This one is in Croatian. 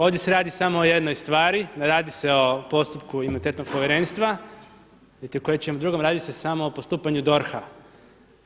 Ovdje se radi samo o jednoj stvari, radi se o postupku Imunitetnog povjerenstva, niti o ičem drugom, radi se samo o postupanju DORH-a.